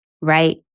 right